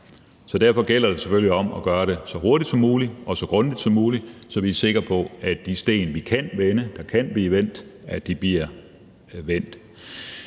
Derfor gælder det selvfølgelig om at gøre det så hurtigt som muligt og så grundigt som muligt, så vi er sikre på, at de sten, der kan blive vendt, bliver vendt.